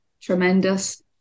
tremendous